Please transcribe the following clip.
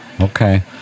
Okay